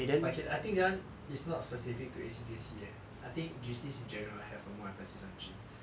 okay but I think that [one] is not specific to A_C_J_C eh I think J_C in general have a more emphasis on gym